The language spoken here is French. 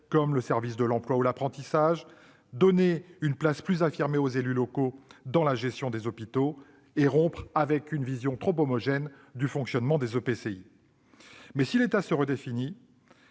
comme le service de l'emploi et l'apprentissage, et donner une place plus affirmée aux élus locaux dans la gestion des hôpitaux. En outre, il faut rompre avec une vision trop homogène du fonctionnement des EPCI (établissements